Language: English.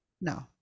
No